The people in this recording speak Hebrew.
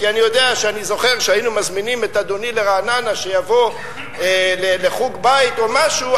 כי אני זוכר כשהיינו מזמינים את אדוני לרעננה שיבוא לחוג בית או משהו,